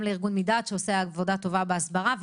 גם לארגון מדעת שעושה עבודה טובה בהסברה.